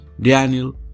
Daniel